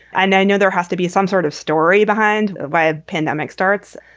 and i know there has to be some sort of story behind why a pandemic starts.